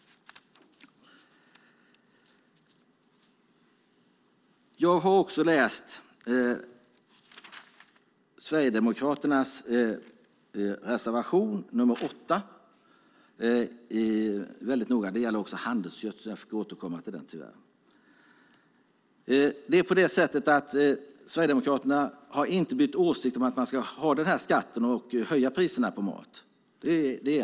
Jag har noga läst reservation nr 8 från Sverigedemokraterna om handelsgödsel. Sverigedemokraterna har inte bytt åsikt om att behålla skatten och höja priserna på mat.